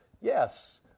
yes